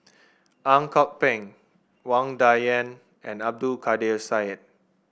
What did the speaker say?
Ang Kok Peng Wang Dayuan and Abdul Kadir Syed